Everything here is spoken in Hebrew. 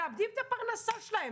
מאבדים את הפרנסה שלהם.